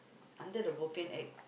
until the bobian act